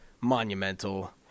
monumental